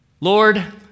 Lord